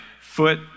foot